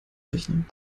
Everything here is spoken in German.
rechnen